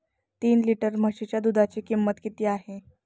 तीन लिटर म्हशीच्या दुधाची किंमत किती आहे?